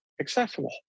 accessible